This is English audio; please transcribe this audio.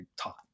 taught